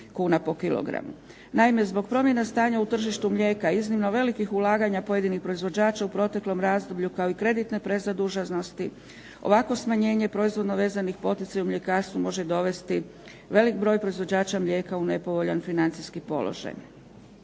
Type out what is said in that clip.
Naime, zbog promjena stanja u tržištu mlijeka, iznimno velikih ulaganja pojedinih proizvođača u proteklom razdoblju kao i kreditna prezaduženosti ovakvo smanjenje proizvodnog vezanih poticaja u mljekarstvu može dovesti veliki broj proizvođača mlijeka u nepovoljan financijski položaj.